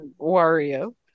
Wario